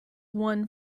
one